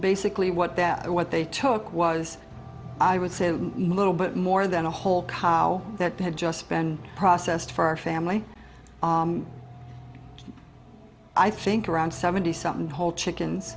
basically what that what they took was i would say little bit more than a whole column that had just been processed for our family i think around seventy something whole chickens